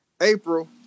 April